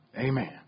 Amen